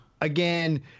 again